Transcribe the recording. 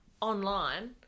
online